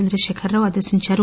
చంద్రశేఖర్ రావు ఆదేశించారు